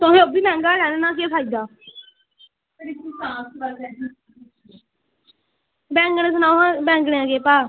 तुसें ओह्बी मैहंगा लैना केह् फायदा बैंगन सनाओ आं बैंगन दा केह् भाव ऐ